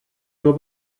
nur